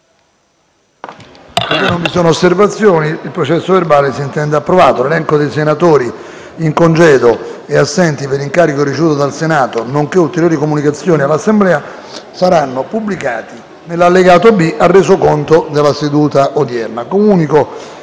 "Il link apre una nuova finestra"). L'elenco dei senatori in congedo e assenti per incarico ricevuto dal Senato, nonché ulteriori comunicazioni all'Assemblea saranno pubblicati nell'allegato B al Resoconto della seduta odierna.